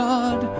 God